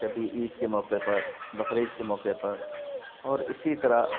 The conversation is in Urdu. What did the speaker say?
کبھی عید کے موقعے پر بقرہ عید کے موقعے پر اور اسی طرح